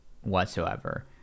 whatsoever